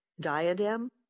Diadem